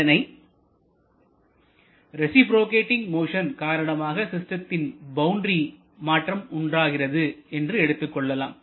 இதனை reciprocating motion காரணமாக சிஸ்டத்தின் பவுண்டரி மாற்றம் உண்டாகிறது என்று எடுத்துக்கொள்ளலாம்